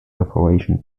operation